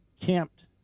camped